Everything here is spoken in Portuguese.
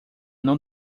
não